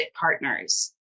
partners